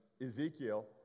Ezekiel